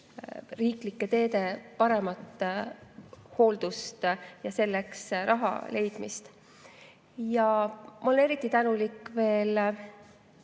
riiklike teede paremat hooldust ja selleks raha leidmist. Ma olen eriti tänulik